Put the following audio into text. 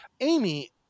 Amy